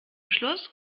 schluss